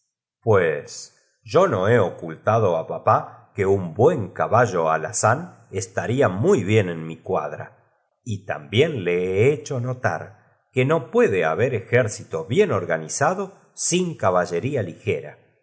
pues yo no he ocultado á papá que puerta se abtió con estrépito y la habita un buen caballo alazán estaría muy bien ción fué iluminada por una luz tan viva en mi cuadra y también le he hecho no que los niños quedaron deslumbrados sin tar que no puede haber ejército bien orga fuerza más ue para exclamar nizado sin caballerfa ligera